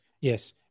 yes